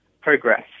progress